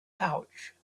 pouch